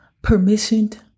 Permissioned